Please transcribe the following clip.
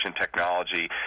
technology